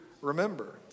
remember